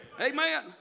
Amen